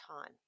time